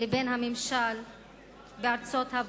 לבין הממשל בארצות-הברית.